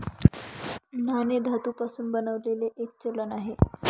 नाणे धातू पासून बनलेले एक चलन आहे